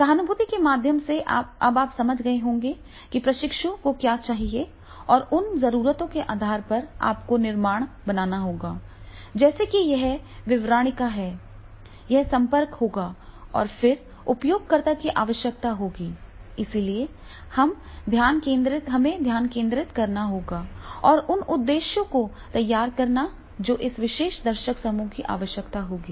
सहानुभूति के माध्यम से अब आप समझ गए हैं कि प्रशिक्षु को क्या चाहिए और उन जरूरतों के आधार पर आपको निर्माण बिंदु बनाना होगा जैसे कि यह विवरणिका है यह संपर्क होगा और यह उपयोगकर्ता की आवश्यकता होगी और इसलिए हम करेंगे ध्यान केंद्रित करना और उन उद्देश्यों को तैयार करना जो इस विशेष दर्शक समूह की आवश्यकता होगी